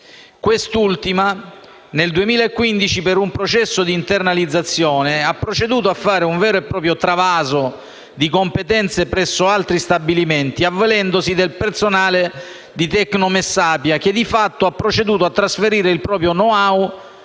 Quest'ultima, nel 2015, per un processo di internalizzazione, ha proceduto a fare un vero e proprio travaso di competenze presso altri stabilimenti, avvalendosi del personale di Tecnomessapia che di fatto ha proceduto a trasferire il proprio *know how*